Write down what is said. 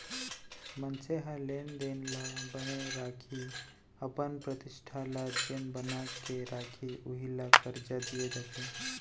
मनसे ह लेन देन ल बने राखही, अपन प्रतिष्ठा ल जेन बना के राखही उही ल करजा दिये जाथे